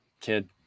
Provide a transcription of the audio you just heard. kid